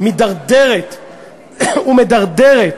מתדרדרת ומדרדרת